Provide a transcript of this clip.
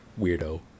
Weirdo